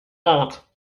ort